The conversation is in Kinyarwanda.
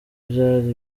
byari